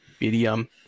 Medium